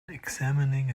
examining